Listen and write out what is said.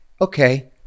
okay